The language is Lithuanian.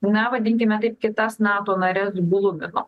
na vadinkime taip kitas nato nares glumino